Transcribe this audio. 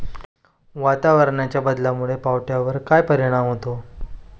वातावरणाच्या बदलामुळे पावट्यावर काय परिणाम होतो?